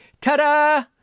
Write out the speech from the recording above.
ta-da